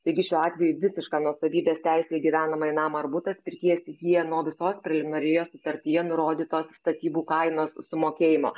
taigi šiuo atveju visišką nuosavybės teisę į gyvenamąjį namą ar butą s pirkėjas įgyja nuo visos preliminarioje sutartyje nurodytos statybų kainos sumokėjimo